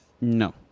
No